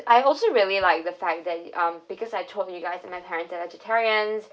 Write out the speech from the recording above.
I also really like the fact that um because I told you guys my parents are vegetarians